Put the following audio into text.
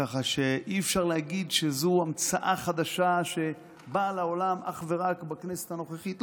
כך שאי-אפשר להגיד שזו המצאה חדשה שבאה לעולם אך ורק בכנסת הנוכחית.